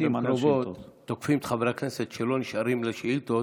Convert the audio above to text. כי לעיתים קרובות תוקפים את חברי הכנסת שלא נשארים לשאילתות.